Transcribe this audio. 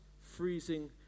freezing